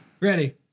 Ready